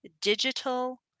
Digital